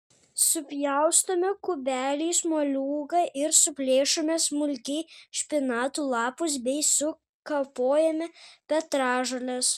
supjaustome kubeliais moliūgą ir suplėšome smulkiai špinatų lapus bei sukapojame petražoles